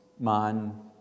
man